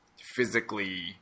physically